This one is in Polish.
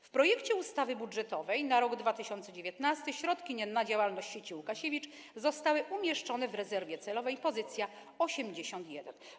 W projekcie ustawy budżetowej na rok 2019 środki na działalność sieci Łukasiewicz zostały umieszczone w rezerwie celowej, pozycja 81.